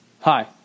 Hi